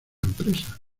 empresa